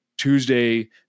Tuesday